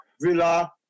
Villa